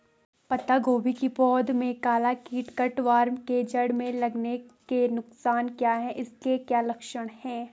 पत्ता गोभी की पौध में काला कीट कट वार्म के जड़ में लगने के नुकसान क्या हैं इसके क्या लक्षण हैं?